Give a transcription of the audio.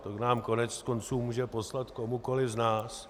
To nám koneckonců může poslat komukoli z nás.